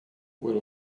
will